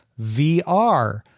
VR